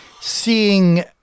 seeing